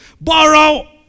Borrow